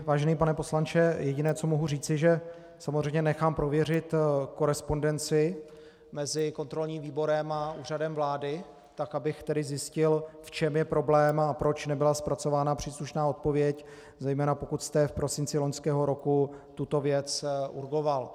Vážený pane poslanče, jediné, co mohu říci, že samozřejmě nechám prověřit korespondenci mezi kontrolním výborem a Úřadem vlády tak, abych zjistil, v čem je problém a proč nebyla zpracovaná příslušná odpověď, zejména pokud jste v prosinci loňského roku tuto věc urgoval.